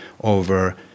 over